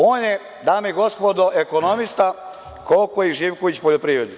On je, dame i gospodo, ekonomista koliko i Živković poljoprivrednik.